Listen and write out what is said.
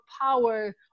power